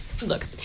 Look